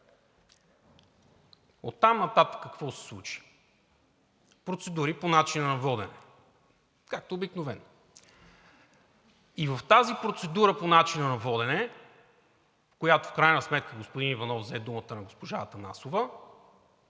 Оттам нататък какво се случи? Процедури по начина на водене. Както обикновено! В тази процедура по начина на водене, в която в крайна сметка господин Иванов взе думата на госпожа Атанасова,